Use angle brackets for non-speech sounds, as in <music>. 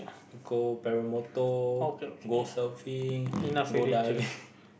to go paramotor go surfing <breath> go diving <laughs>